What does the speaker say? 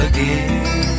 Again